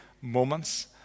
Moments